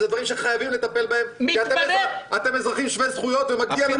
ואלה דברים שחייבים לטפל בהם כי אתם אזרחים שווי זכויות ומגיע לכם.